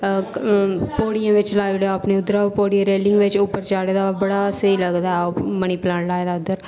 पौड़ियें बिच्च लाई ओड़ेआ अपने उद्धर पौड़ियें दी रेलिंग बिच्च उप्पर चाढ़े दा होऐ बड़ा स्हेई लगदा ओह् मनी प्लांट लाए दा उद्धर